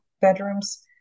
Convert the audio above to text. bedrooms